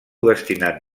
destinat